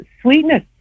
sweetness